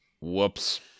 Whoops